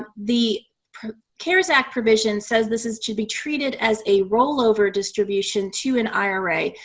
ah the cares act provision says this is to be treated as a rollover distribution to an ira.